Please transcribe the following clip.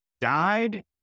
died